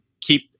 keep